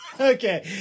Okay